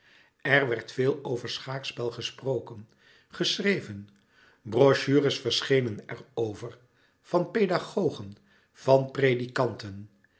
er werd veel over schaakspel gesproken geschreven brochures verschenen er over van pedagogen van predikanten